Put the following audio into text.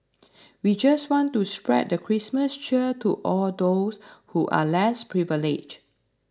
we just want to spread the Christmas cheer to all those who are less privileged